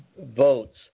votes